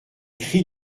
cris